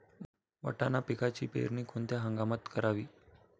वाटाणा पिकाची पेरणी कोणत्या हंगामात करावी?